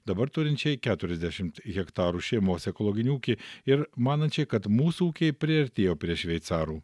dabar turinčiai keturiasdešimt hektarų šeimos ekologinį ūkį ir manančiai kad mūsų ūkiai priartėjo prie šveicarų